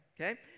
okay